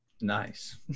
Nice